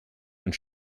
und